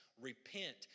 repent